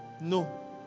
No